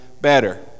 better